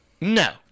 no